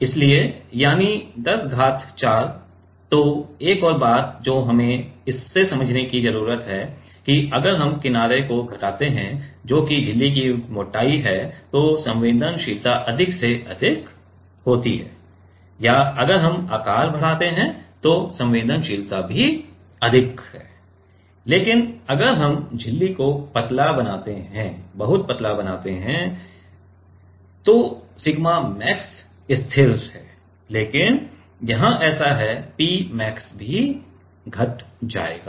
इसलिए यानी 10 घात 4 तो एक और बात जो हमें इससे समझने की जरूरत है कि अगर हम किनारे को घटाते हैं जो कि झिल्ली की मोटाई है तो संवेदनशीलता अधिक से अधिक अधिक होती है या अगर हम आकार बढ़ाते हैं तो संवेदनशीलता भी अधिक है लेकिन अगर हम झिल्ली को बहुत पतला बनाते हैं यदि हम झिल्ली को बहुत पतला बनाते हैं तो सिग्मा मैक्स स्थिर है लेकिन यहां ऐसा है P मैक्स भी घट जाएगा